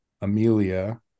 Amelia